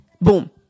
Boom